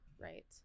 right